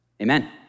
Amen